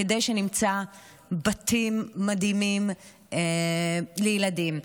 כדי שנמצא בתים מדהימים לילדים.